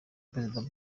perezida